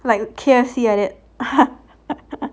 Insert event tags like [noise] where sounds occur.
like K_F_C like that [laughs]